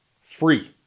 Free